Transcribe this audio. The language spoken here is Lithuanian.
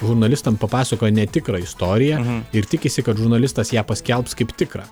žurnalistam papasakoja netikrą istoriją ir tikisi kad žurnalistas ją paskelbs kaip tikrą